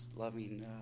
Loving